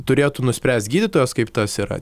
turėtų nuspręst gydytojas kaip tas yra